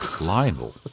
Lionel